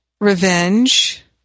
revenge